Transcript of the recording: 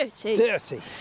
Dirty